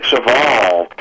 evolved